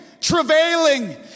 travailing